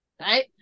Right